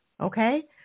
okay